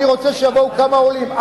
אני רוצה שיבואו כמה, עולים.